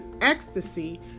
ecstasy